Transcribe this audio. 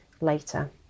later